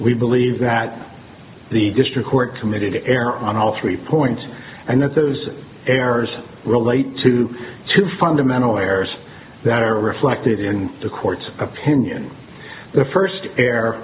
we believe that the district court committed to err on all three points and that those errors relate to two fundamental errors that are reflected in the court's opinion the first